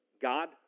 God